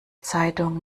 zeitung